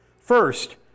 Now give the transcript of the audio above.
First